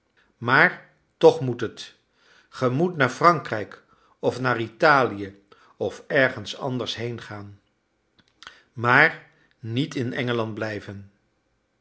maar toch moet het ge moet naar frankrijk of naar italië of ergens anders heengaan maar niet in engeland blijven